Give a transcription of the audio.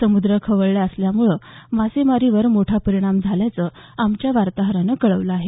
समुद्र खवळल्यामुळे मासेमारीवर मोठा परिणाम झाल्याचं आमच्या वार्ताहरानं कळवलं आहे